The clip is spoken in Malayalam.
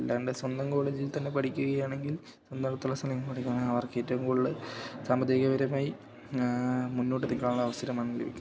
അല്ലാണ്ട് സ്വന്തം കോളേജിൽ തന്നെ പഠിക്കുകയാണെങ്കിൽ അടുത്തുള്ള സ്ഥലങ്ങളില് പഠിക്കുകയാണെങ്കില് അവർക്ക് ഏറ്റവും കൂടുതല് സാമ്പത്തികപരമായി മുന്നോട്ടെത്തിക്കാനുള്ള അവസരമാണ് ലഭിക്കുന്നത്